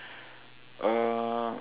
uh